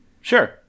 Sure